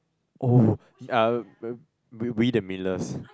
oh uh we we the Millers